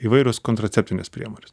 įvairios kontraceptinės priemonės